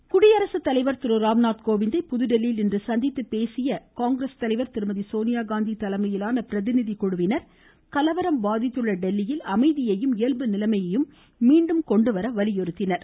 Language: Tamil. சோனியா குடியரசு தலைவர் திரு ராம்நாத் கோவிந்தை புதுதில்லியில் இன்று சந்தித்து பேசிய காங்கிரஸ் தலைவர் திருமதி சோனியா காந்தி தலைமையிலான பிரதிநிதிக் குழுவினர் கலவரம் பாதித்துள்ள டெல்லியில் அமைதியையும் இயல்பு நிலையையும் மீண்டும் கொண்டுவர வலியுறுத்தினர்